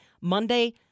Monday